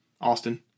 Austin